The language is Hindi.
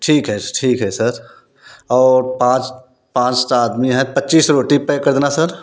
ठीक है ठीक है सर और पाँच पाँच टा आदमी है पच्चीस रोटी पैक कर देना सर